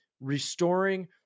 restoring